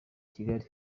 kigali